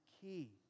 key